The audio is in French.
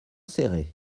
céré